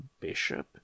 bishop